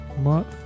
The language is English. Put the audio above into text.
Month